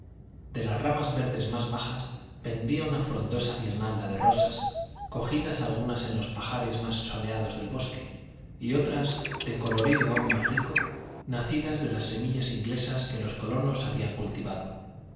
de las ramas verdes más bajas pendía una frondosa guirnalda de rosas cogidas algunas en los parajes más soleados del bosque y otras de colorido aun más rico nacidas de las semillas inglesas que los colonos habían cultivado